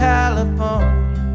California